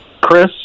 Chris